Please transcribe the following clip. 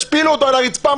השפילו אותו על הרצפה,